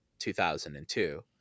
2002